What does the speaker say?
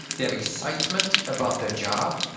they have excitement about their job,